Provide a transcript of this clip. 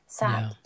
sad